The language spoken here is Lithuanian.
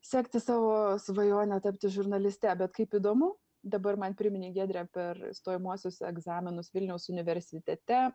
sekti savo svajonę tapti žurnaliste bet kaip įdomu dabar man priminei giedre per stojamuosius egzaminus vilniaus universitete